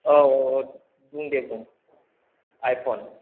औ औ औ बुं दे बुं आइफन